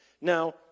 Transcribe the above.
Now